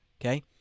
okay